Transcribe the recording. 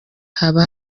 haba